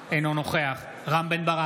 אינו נוכח דוד ביטן, אינו נוכח רם בן ברק,